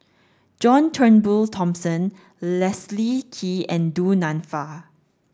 John Turnbull Thomson Leslie Kee and Du Nanfa